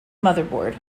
motherboard